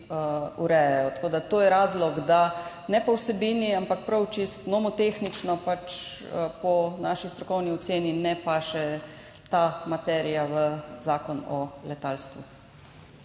urejajo. To je razlog, da ne po vsebini, ampak prav čisto nomotehnično, po naši strokovni oceni ne paše ta materija v Zakon o letalstvu.